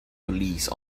police